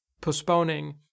postponing